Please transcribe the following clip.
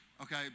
Okay